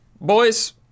Boys